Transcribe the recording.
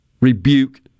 rebuke